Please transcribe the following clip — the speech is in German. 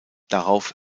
darauf